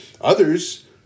Others